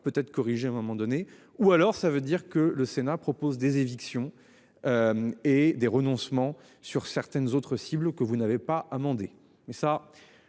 peut être corrigé à moment donné ou alors ça veut dire que le Sénat propose des évictions. Et des renoncements sur certaines autres cibles que vous n'avez pas.